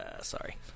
sorry